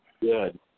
Good